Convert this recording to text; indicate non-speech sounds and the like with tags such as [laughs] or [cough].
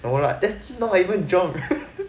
no lah that's not even jong [laughs]